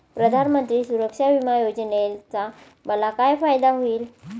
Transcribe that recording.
प्रधानमंत्री सुरक्षा विमा योजनेचा मला काय फायदा होईल?